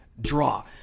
draw